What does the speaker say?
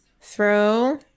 throw